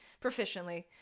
proficiently